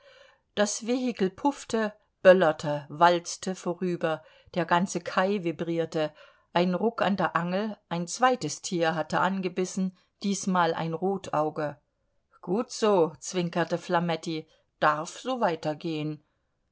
das vehikel puffte böllerte walzte vorüber der ganze kai vibrierte ein ruck an der angel ein zweites tier hatte angebissen diesmal ein rotauge gut so zwinkerte flametti darf so weitergehen